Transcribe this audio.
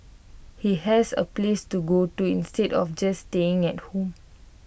he has A place to go to instead of just staying at home